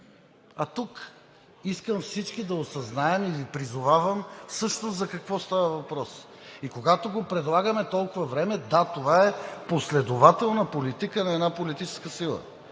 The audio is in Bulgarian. А тук искам всички да осъзнаем и Ви призовавам всъщност за какво става въпрос. И когато го предлагаме толкова време, да, това е последователна политика на една политическа сила,